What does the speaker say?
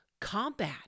combat